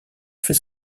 fait